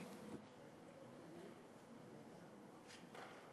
גברתי היושבת בראש,